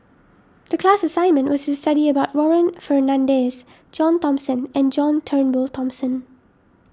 the class assignment was to study about Warren Fernandez John Thomson and John Turnbull Thomson